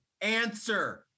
Answer